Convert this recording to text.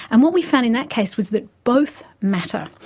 and what we found in that case was that both matter.